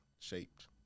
shaped